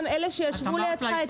גם אלה שישבו לידך אתמול.